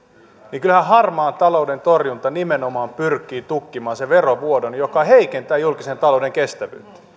kyllä harmaan talouden torjunta nimenomaan pyrkii tukkimaan sen verovuodon joka heikentää julkisen talouden